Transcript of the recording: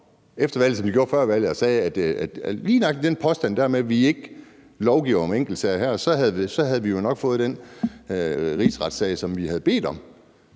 med lige nøjagtig den der påstand om, at vi ikke lovgiver om enkeltsager her, så havde vi jo nok fået den rigsretssag, som vi havde bedt om.